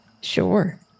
Sure